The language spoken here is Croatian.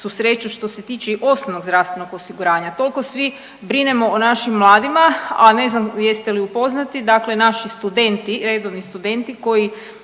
susreću što se tiče osnovnog zdravstvenog osiguranja. Toliko svi brinemo o našim mladima, a ne znam jeste li upoznati, dakle naši studenti, redovni studenti koji